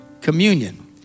communion